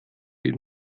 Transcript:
ihm